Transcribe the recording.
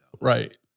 Right